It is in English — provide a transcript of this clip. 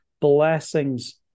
blessings